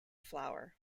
flour